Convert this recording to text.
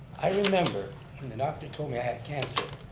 i remember when the doctor told me i had cancer.